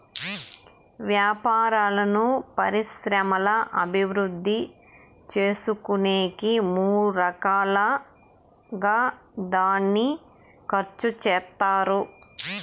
వ్యాపారాలను పరిశ్రమల అభివృద్ధి చేసుకునేకి మూడు రకాలుగా దాన్ని ఖర్చు చేత్తారు